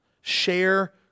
Share